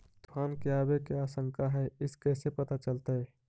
तुफान के आबे के आशंका है इस कैसे पता चलतै?